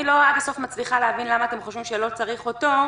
אני לא עד הסוף מצליחה להבין למה אתם חושבים שלא צריך אותו,